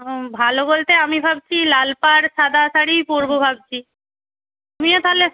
ও ভালো বলতে আমি ভাবছি লাল পাড় সাদা শাড়িই পরব ভাবছি তুমিও তাহলে